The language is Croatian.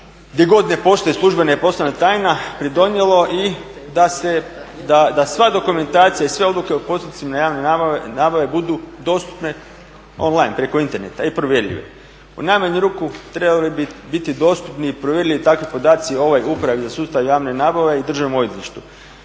gdje ne postoje službena i poslovna tajna pridonijelo da sva dokumentacija i sve odluke o postupcima javne nabave budu dostupne on line preko interneta i provjerljive. U najmanju ruku trebali bi biti dostupni i provjerljivi takvi podaci ovoj Upravi za sustav javne nabave i Državno odvjetništvu.